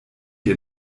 die